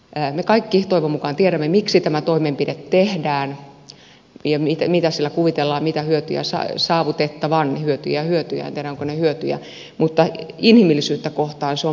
me kaikki toivon mukaan tiedämme miksi tämä toimenpide tehdään ja mitä hyötyjä sillä kuvitellaan saavutettavan hyötyjä ja hyötyjä en tiedä ovatko ne hyötyjä mutta inhimillisyyttä kohtaan se on mittava rikos